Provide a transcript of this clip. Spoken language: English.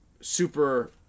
super